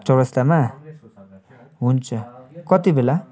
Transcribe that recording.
चौरास्तामा हुन्छ कतिबेला